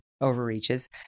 overreaches